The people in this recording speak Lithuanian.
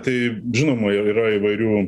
tai žinoma ir yra įvairių